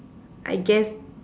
I guess